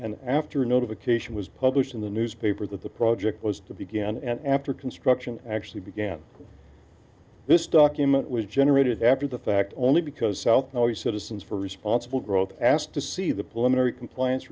and after notification was published in the newspaper that the project was to began and after construction actually began this document was generated after the fact only because out now the citizens for responsible growth asked to see the plenary compliance